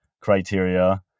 criteria